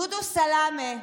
דודו סלמה,